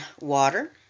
water